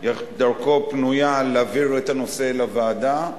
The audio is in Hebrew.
דרכו פנויה להעביר את הנושא לוועדה.